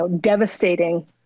devastating